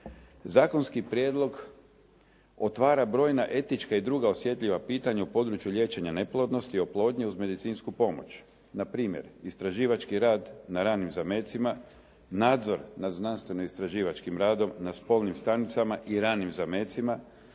Zakonski prijedlog otvara brojna etička i druga osjetljiva pitanja u području liječenja neplodnosti, oplodnje uz medicinsku pomoć. Npr. istraživački rad na ranim zamecima, nadzor nad znanstveno istraživačkim radom na spolnim stanicama i ranim zamecima,